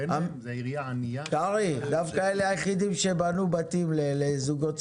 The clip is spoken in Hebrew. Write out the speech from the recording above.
הם היחידים שבנו בתים לזוכות צעירים,